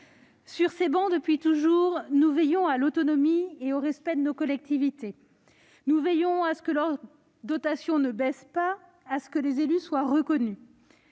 sur ces travées, depuis toujours, nous veillons à l'autonomie et au respect de nos collectivités. Nous veillons à ce que leurs dotations ne baissent pas et à ce que les élus soient reconnus.